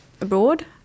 abroad